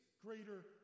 greater